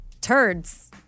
turds